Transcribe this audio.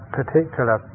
particular